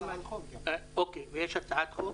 איימן, ויש הצעת חוק